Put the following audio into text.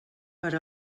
per